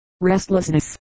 restlessness